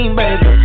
baby